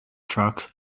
trucks